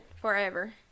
Forever